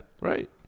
Right